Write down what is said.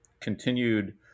continued